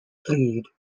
plead